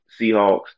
Seahawks